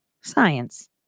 science